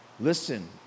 listen